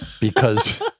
because-